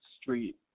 street